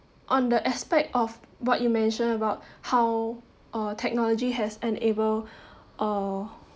on the aspect of what you mentioned about how uh technology has enable or